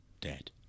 dead